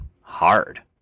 hard